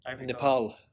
Nepal